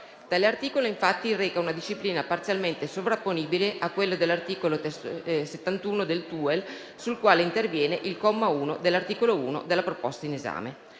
Tale articolo, infatti, reca una disciplina parzialmente sovrapponibile a quella dell'articolo 71 del TUEL, sul quale interviene il comma 1 dell'articolo 1 della proposta in esame.